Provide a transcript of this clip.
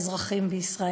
אזרחים בישראל.